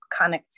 connectivity